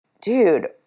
Dude